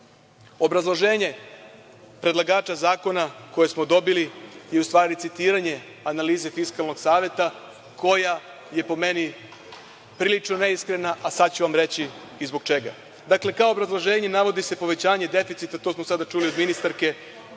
Obrazloženje predlagača zakona koje smo dobili je u stvari citiranje analize Fiskalnog saveta, koja je po meni prilično neiskrena, a sad ću vam reći i zbog čega. Dakle, kao obrazloženje navodi se povećanje deficita, to smo sada čuli od ministarke,